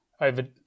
over